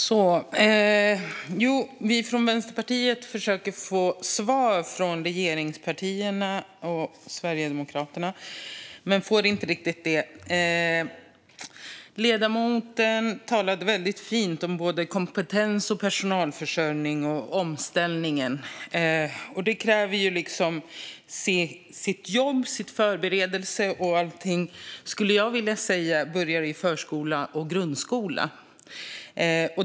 Fru talman! Vi från Vänsterpartiet försöker att få svar från regeringspartierna och Sverigedemokraterna men får inte riktigt det. Ledamoten talade väldigt fint om kompetens, personalförsörjning och omställningen. Det kräver sitt jobb och sin förberedelse. Jag skulle vilja säga att allting börjar i förskola och grundskola.